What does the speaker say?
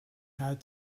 had